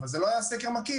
אבל זה לא היה סקר מקיף,